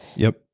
yep.